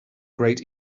great